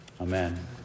Amen